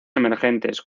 emergentes